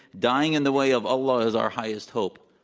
dying in the way of allah is our highest hope.